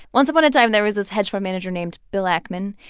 once upon a time, there was this hedge fund manager named bill ackman,